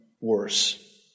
worse